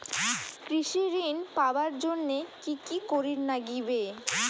কৃষি ঋণ পাবার জন্যে কি কি করির নাগিবে?